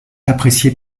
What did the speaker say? appréciées